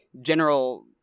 general